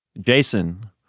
Jason